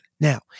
Now